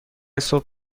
صبح